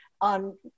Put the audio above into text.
on